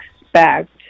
expect